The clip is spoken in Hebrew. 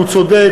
שהוא צודק,